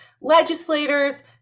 legislators